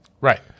Right